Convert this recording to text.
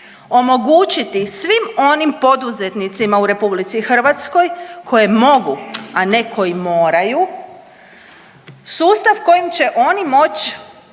omogućiti svim onim poduzetnicima u RH koji mogu, a ne koji moraju, sustav kojim će oni moć